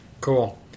Cool